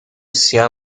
سایه